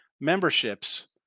memberships